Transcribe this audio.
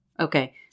Okay